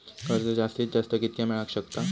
कर्ज जास्तीत जास्त कितक्या मेळाक शकता?